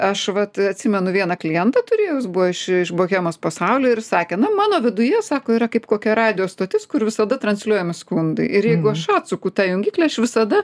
aš vat atsimenu vieną klientą turėjau jis buvo iš iš bohemos pasaulio ir sakė nu mano viduje sako yra kaip kokia radijo stotis kur visada transliuojami skundai ir jeigu aš atsuku tą jungiklį aš visada